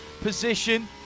position